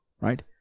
right